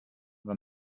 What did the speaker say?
war